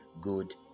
good